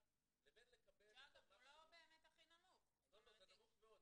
לבין לקבל- - שאגב הוא לא באמת הכי נמוך -- זה נמוך מאוד.